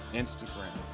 instagram